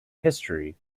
history